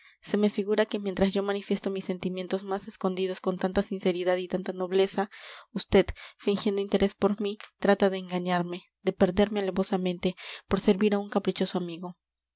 se me figura que mientras yo manifiesto mis sentimientos más escondidos con tanta sinceridad y tanta nobleza vd fingiendo interés por mí trata de engañarme de perderme alevosamente por servir a un caprichoso amigo